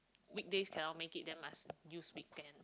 weekdays cannot make it then must use weekend